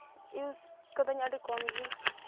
use ᱠᱟᱫᱟᱹᱧ ᱟᱹᱰᱤ ᱠᱚᱢ ᱜᱮ